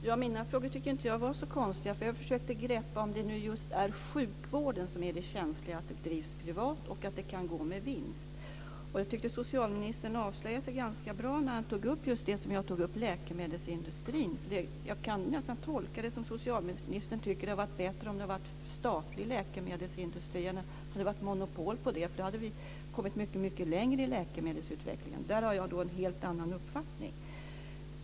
Fru talman! Jag tycker inte att mina frågor var så konstiga. Jag försökte greppa om det känsliga är att just sjukvården drivs privat och kan gå med vinst. Jag tycker att socialministern avslöjade sig ganska tydligt när han tog upp det som jag tog upp, nämligen läkemedelsindustrin. Jag kan nästan tolka det som att socialministern tycker att det hade varit bättre om läkemedelsindustrin hade varit statlig än om det hade varit monopol på den, därför att man då hade kommit mycket längre i läkemedelsutvecklingen. Om detta har jag en helt annan uppfattning.